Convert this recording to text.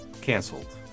canceled